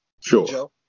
Sure